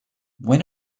when